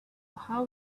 how